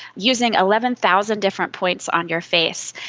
using eleven thousand different points on your face.